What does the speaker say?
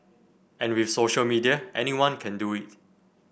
and with social media anyone can do it